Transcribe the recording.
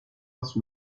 sous